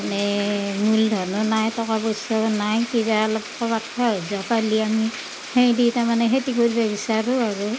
এনেই মূলধনো নাই টকা পইচাও নাই কিবা অলপ ক'ৰবাত সাহাৰ্য্য পাল্লেই আমি সেই কেইটা মানে খেতি কৰিব বিচাৰোঁ আৰু